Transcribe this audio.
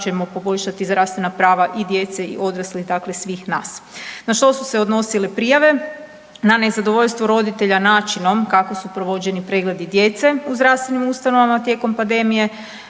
ćemo poboljšati zdravstvena prava i djece i odraslih dakle svih nas. Na što su se odnosile prijave? Na nezadovoljstvo roditelja načinom kako su provođeni pregledi djece u zdravstvenim ustanovama tijekom pandemije,